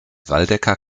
waldecker